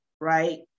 right